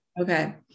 Okay